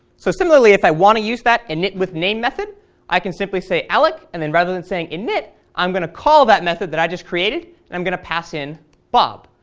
so similarly, if i want to use that initwithname method i can simply say alloc, and then rather than saying init i'm going to call that method that i just created, and i'm going to pass in bob.